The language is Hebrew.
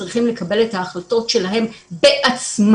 צריכים לקבל את ההחלטות שלהם בעצמם.